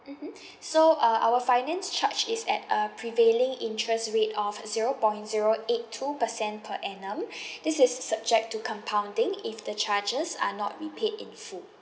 mmhmm so uh our finance charge is at a prevailing interest rate of zero point zero eight two percent per annum this is subject to compounding if the charges are not repaid in full